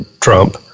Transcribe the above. Trump